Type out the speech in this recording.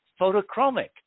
photochromic